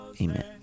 amen